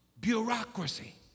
bureaucracy